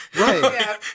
Right